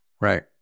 Right